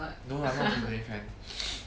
no I'm not a tiffany fan